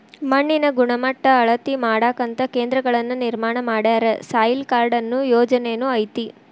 ಮಣ್ಣಿನ ಗಣಮಟ್ಟಾ ಅಳತಿ ಮಾಡಾಕಂತ ಕೇಂದ್ರಗಳನ್ನ ನಿರ್ಮಾಣ ಮಾಡ್ಯಾರ, ಸಾಯಿಲ್ ಕಾರ್ಡ ಅನ್ನು ಯೊಜನೆನು ಐತಿ